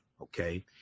okay